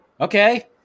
okay